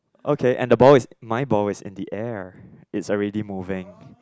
okay and the ball is my ball is in the air it's already moving